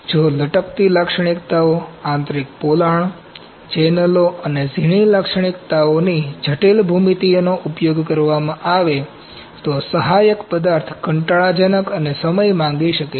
જો લટકતી લાક્ષણિક્તાઓ આંતરિક પોલાણ ચેનલો અને ઝીણી લાક્ષણિકતાઓ જટિલ ભૂમિતિઓનો ઉપયોગ કરવામાં આવે તો સહાયક પદાર્થ કંટાળાજનક અને સમય માંગી શકે છે